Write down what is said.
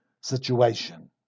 situation